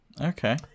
okay